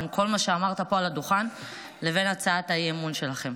בין כל מה שאמרת פה על הדוכן לבין הצעת האי-אמון שלכם.